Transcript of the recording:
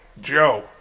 Joe